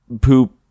poop